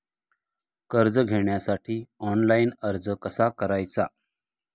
कर्ज घेण्यासाठी ऑनलाइन अर्ज कसा करायचा?